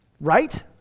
Right